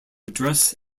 address